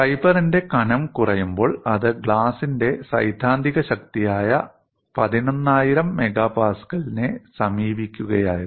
ഫൈബറിന്റെ കനം കുറയുമ്പോൾ അത് ഗ്ലാസിന്റെ സൈദ്ധാന്തിക ശക്തിയായ 11000 MPa യെ സമീപിക്കുകയായിരുന്നു